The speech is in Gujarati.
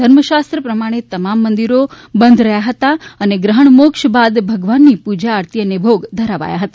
ધર્મશાસ્ત્ર પ્રમાણે તમામ મંદિરો બંધ રહ્યા હતી અને ગ્રહણ મોક્ષ બાદ ભગવાન ની પૂજા આરતી અને ભોગ ધરાવાયા હતા